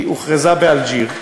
היא הוכרזה באלג'יר.